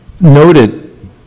noted